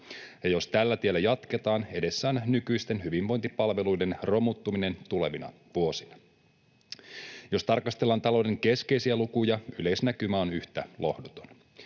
ja jos tällä tiellä jatketaan, edessä on nykyisten hyvinvointipalveluiden romuttuminen tulevina vuosina. Jos tarkastellaan talouden keskeisiä lukuja, yleisnäkymä on yhtä lohduton.